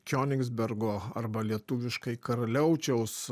kionigsbergo arba lietuviškai karaliaučiaus